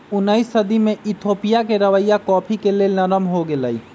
उनइस सदी में इथोपिया के रवैया कॉफ़ी के लेल नरम हो गेलइ